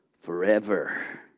forever